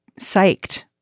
psyched